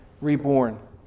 Reborn